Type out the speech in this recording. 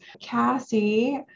Cassie